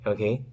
Okay